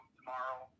tomorrow